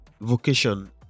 vocation